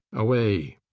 away!